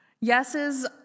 Yeses